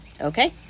Okay